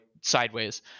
sideways